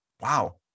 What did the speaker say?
wow